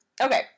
Okay